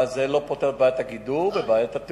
אבל זה לא פותר את בעיית הגידור והתאורה.